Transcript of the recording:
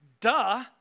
duh